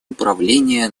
управление